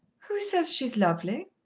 who says she is lovely?